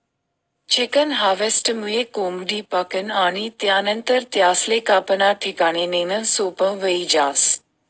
chicken हार्वेस्टरमुये कोंबडी पकडनं आणि त्यानंतर त्यासले कापाना ठिकाणे नेणं सोपं व्हयी जास